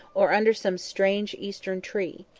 or under some strange eastern tree.